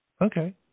Okay